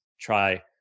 try